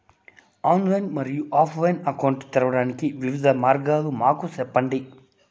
Online మరియు offline account తెరవడానికి వివిధ మార్గాలు మాకు సెప్పండి?